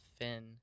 Finn